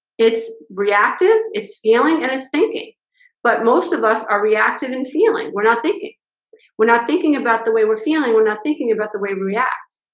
it's reactive, its feeling and its thinking but most of us are reactive in feeling we're not thinking we're not thinking about the way we're feeling we're not thinking about the way we react,